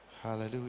hallelujah